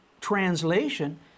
translation